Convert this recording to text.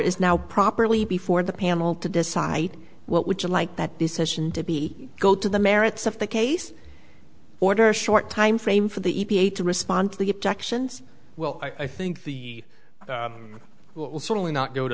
is now properly before the panel to decide what would you like that decision to be go to the merits of the case order a short time frame for the e p a to respond to the objections well i think the will certainly not go